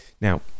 Now